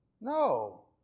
No